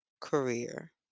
career